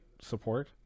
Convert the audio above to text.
support